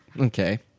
Okay